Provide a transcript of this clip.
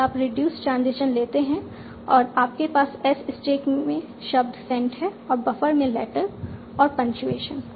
और आप reduce transition लेते हैं और आपके पास S स्टैक में शब्द सेंट है और बफर में लेटर और पंक्चुएशन